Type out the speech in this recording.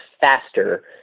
faster